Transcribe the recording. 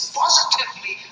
positively